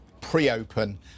pre-open